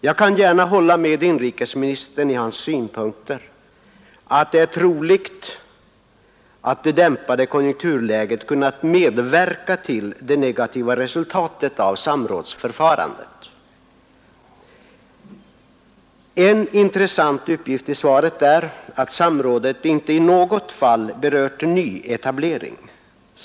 Jag kan gärna hålla med inrikesministern i hans synpunkt att det är troligt att det dämpade konjunkturläget kunnat medverka till det negativa resultatet av samrådsförfarandet. En intressant uppgift i svaret är att samråden inte i något fall berört nyetablering.